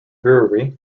brewery